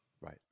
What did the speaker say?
Right